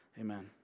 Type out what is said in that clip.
Amen